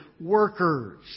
workers